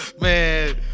man